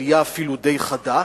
אפילו עלייה די חדה.